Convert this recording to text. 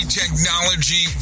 technology